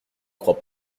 crois